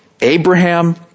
Abraham